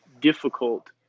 difficult